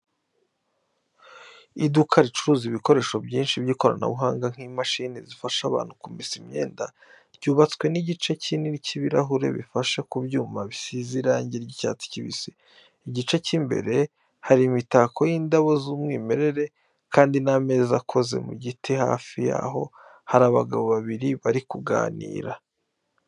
Iduka ricuruza ibikoresho byinshi by'ikoranabuhanga nk'imashini zifasha abantu kumesa imyenda, ryubatswe n'igice kinini cy'ibirahure bifashe ku byuma bisize irangi ry'icyatsi kibisi. Igice cy'imbere hari imitako y'indabo z'umwimerere kandi n'ameza akoze mu giti hafi y'aho hari abagabo babiri bari kuganira.